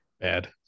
Bad